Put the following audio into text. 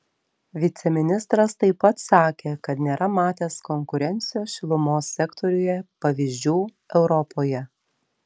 viceministras taip pat sakė kad nėra matęs konkurencijos šilumos sektoriuje pavyzdžių europoje